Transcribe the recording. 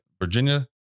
Virginia